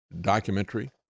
documentary